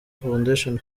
foundation